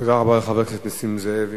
תודה רבה לחבר הכנסת נסים זאב.